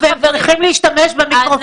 ואז הופענו בתריסר קונצרטים,